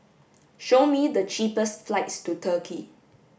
show me the cheapest flights to Turkey